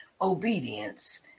Obedience